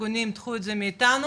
ארגונים קחו את זה מאיתנו,